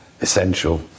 essential